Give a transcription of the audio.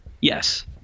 Yes